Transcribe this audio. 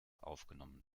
aufgenommen